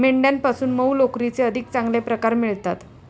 मेंढ्यांपासून मऊ लोकरीचे अधिक चांगले प्रकार मिळतात